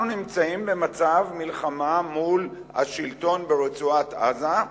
אנחנו נמצאים במצב מלחמה מול השלטון ברצועת-עזה,